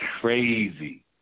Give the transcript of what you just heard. crazy